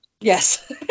Yes